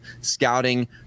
scouting